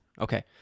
Okay